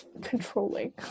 controlling